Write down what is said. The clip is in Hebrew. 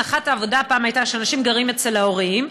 הנחת העבודה הייתה שאנשים גרים אצל ההורים,